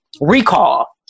recall